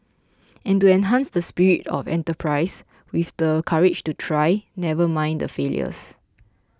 and to enhance the spirit of enterprise with the courage to try never mind the failures